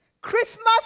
Christmas